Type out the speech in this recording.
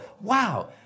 wow